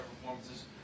performances